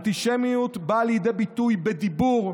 אנטישמיות באה לידי ביטוי בדיבור,